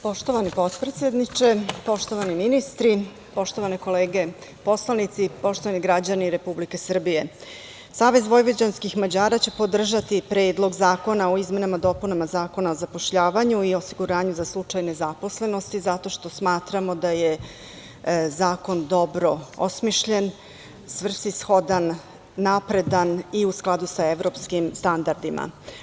Poštovani potpredsedniče, poštovani ministri, poštovane kolege poslanici, poštovani građani Republike Srbije, SVM će podržati Predlog zakona o izmenama i dopunama Zakona o zapošljavanju i osiguranju za slučaj nezaposlenosti zato što smatramo da je zakon dobro osmišljen, svrsishodan, napredan, i u skladu sa evropskim standardima.